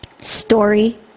story